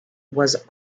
was